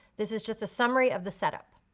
this is just a summary of the setup.